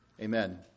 Amen